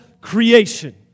creation